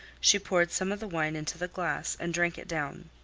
she poured some of the wine into the glass and drank it down.